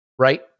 right